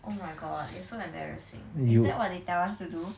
oh my god it's so embarrassing is that what they tell us to do